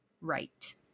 Right